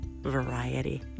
variety